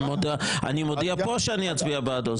אני מודיע כאן שאני אצביע בעדו.